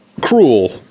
cruel